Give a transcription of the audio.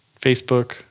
Facebook